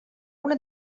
una